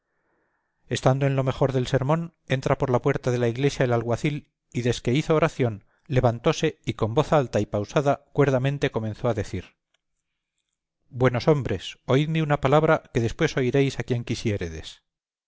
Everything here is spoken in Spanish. estando en lo mejor del sermón entra por la puerta de la iglesia el alguacil y desque hizo oración levantóse y con voz alta y pausada cuerdamente comenzó a decir buenos hombres oídme una palabra que después oiréis a quien quisiéredes